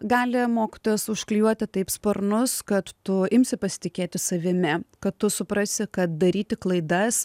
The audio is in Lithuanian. gali mokytojas užklijuoti taip sparnus kad tu imsi pasitikėti savimi kad tu suprasi kad daryti klaidas